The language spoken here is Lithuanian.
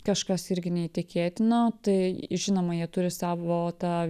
kažkas irgi neįtikėtino tai žinoma jie turi savo tą